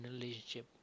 relationship